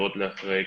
והאופה שאל אותי בן